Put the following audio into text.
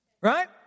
Right